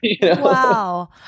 Wow